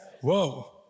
Whoa